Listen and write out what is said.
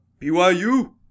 BYU